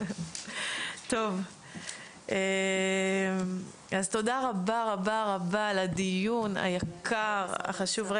טוב, אז תודה רבה-רבה על הדיון היקר, החשוב.